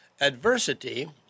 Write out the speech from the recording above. adversity